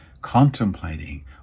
contemplating